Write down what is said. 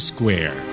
Square